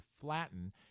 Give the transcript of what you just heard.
flatten